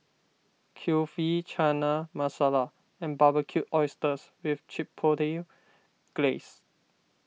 Kulfi Chana Masala and Barbecued Oysters with Chipotle Glaze